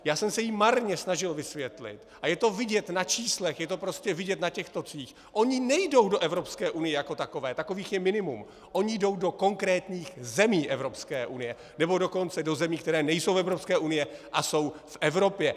Já jsem se jí marně snažil vysvětlit, a je to vidět na číslech, je to prostě vidět na těch tocích, oni nejdou do Evropské unie jako takové, takových je minimum, oni jdou do konkrétních zemí Evropské unie, nebo dokonce do zemí, které nejsou v Evropské unii a jsou v Evropě.